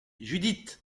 judith